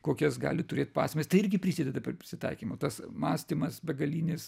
kokias gali turėt pasekmes tai irgi prisideda prisitaikymo tas mąstymas begalinis